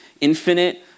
infinite